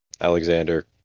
alexander